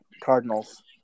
Cardinals